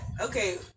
okay